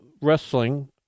wrestling